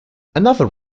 another